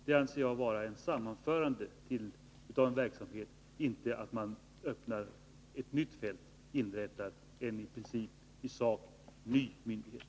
Det anser jag vara ett sammanförande av en verksamhet, inte ett inrättande av en i sak ny myndighet.